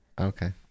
okay